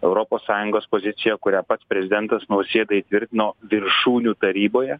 europos sąjungos pozicija kurią pats prezidentas nausėda įtvirtino viršūnių taryboje